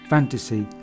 fantasy